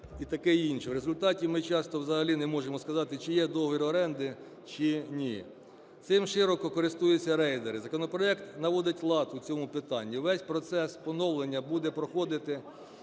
В результаті ми часто взагалі не можемо сказати, чи є договір оренди, чи ні. Цим широко користуються рейдери. Законопроект наводить лад у цьому питанні, і весь процес поновлення буде проходити